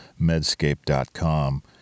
medscape.com